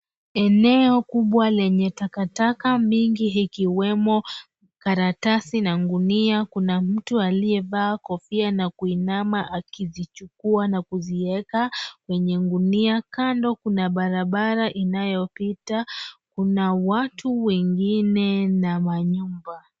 Eneo kubwa lenye kakataka mingi ikiwemo, karatasi na gunia, kuna mtu alievaa kofia na kuinama akizichukua na kuzieka, kwenye gunia kando, kuna barabara inayopita, kuna watu wengine na manyumba.